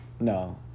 No